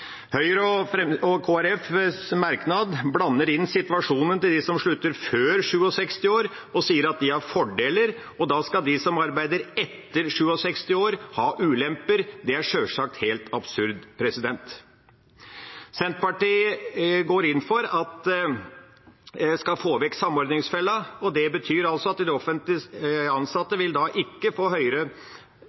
Høyre og Kristelig Folkepartis merknad blander inn situasjonen til dem som slutter før 67 år, og sier de har fordeler, og da skal de som arbeider etter 67 år, ha ulemper. Det er sjølsagt helt absurd. Senterpartiet går inn for å få vekk samordningsfella, som betyr at offentlig ansatte ikke vil få høyere pensjon dess lenger de arbeider. Senterpartiets forslag, og det vil